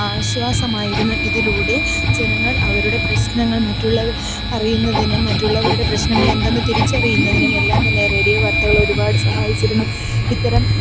ആശ്വാസമായിരുന്നു ഇതിലൂടെ ജനങ്ങൾ അവരുടെ പ്രശ്നങ്ങൾ മറ്റുള്ളവർ അറിയുന്നതിനും മറ്റുള്ളവരുടെ പ്രശ്നങ്ങളെന്തെന്ന് തിരിച്ചറിയുന്നതിനുമെല്ലാം തന്നെ റേഡിയോ വാർത്തകളൊരുപാട് സഹായിച്ചിരുന്നു ഇത്തരം